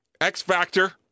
X-Factor